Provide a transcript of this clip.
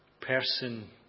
person